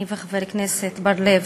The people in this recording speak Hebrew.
אני וחבר הכנסת בר-לב,